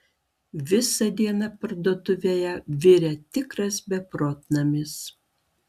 visą dieną parduotuvėje virė tikras beprotnamis